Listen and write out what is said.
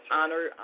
honor